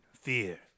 fear